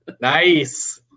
Nice